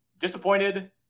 disappointed